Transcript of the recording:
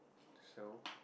so